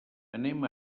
anem